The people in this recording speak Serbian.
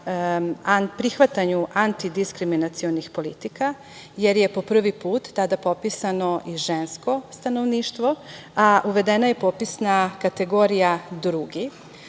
prihvatanju antidiskriminacionih politika, jer je po prvi put tada popisano i žensko stanovništvo, a uvedena je i popisna kategorija